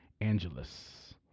Angeles